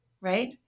right